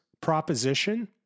proposition